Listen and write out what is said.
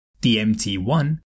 DMT1